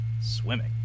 swimming